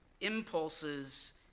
impulses